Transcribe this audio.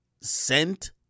sent